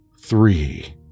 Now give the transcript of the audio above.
three